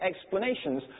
explanations